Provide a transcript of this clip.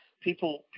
people